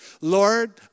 Lord